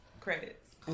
credits